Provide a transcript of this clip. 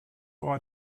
our